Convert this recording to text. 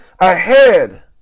ahead